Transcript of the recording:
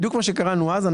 בדיוק כמו שקראנו אז,